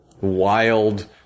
wild